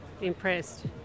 impressed